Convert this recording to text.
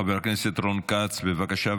חבר הכנסת רון כץ, בבקשה.